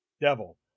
Devil